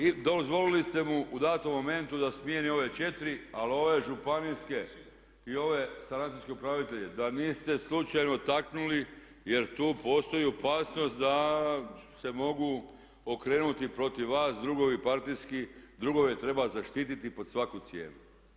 I dozvolili ste mu u danom momentu da smijeni ove 4 ali ove županijske i ove sanacijske upravitelje da niste slučajno taknuli jer tu postoji opasnost da se mogu okrenuti protiv vas drugovi partijski, drugove treba zaštiti pod svaku cijenu.